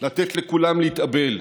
לתת לכולם להתאבל,